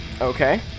okay